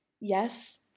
Yes